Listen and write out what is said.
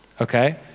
okay